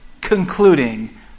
concluding